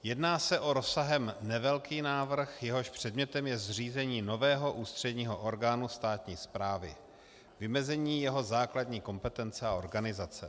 Jedná se o rozsahem nevelký návrh, jehož předmětem je zřízení nového ústředního orgánu státní správy, vymezení jeho základní kompetence a organizace.